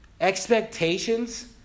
expectations